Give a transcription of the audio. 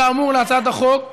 כאמור, להצעת החוק,